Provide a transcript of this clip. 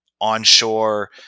onshore